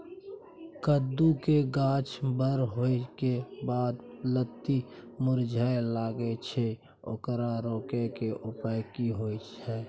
कद्दू के गाछ बर होय के बाद लत्ती मुरझाय लागे छै ओकरा रोके के उपाय कि होय है?